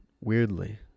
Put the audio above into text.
Weirdly